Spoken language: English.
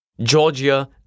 Georgia